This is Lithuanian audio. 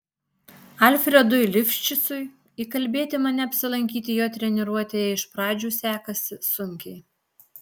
alfredui lifšicui įkalbėti mane apsilankyti jo treniruotėje iš pradžių sekasi sunkiai